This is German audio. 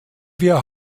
wir